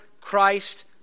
Christ